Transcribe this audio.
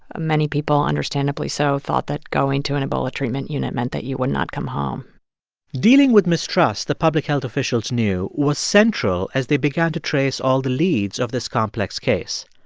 many people, understandably so, thought that going to an ebola treatment unit meant that you would not come home dealing with mistrust, the public health officials knew, knew, was central as they began to trace all the leads of this complex case.